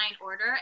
order